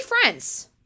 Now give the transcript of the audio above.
friends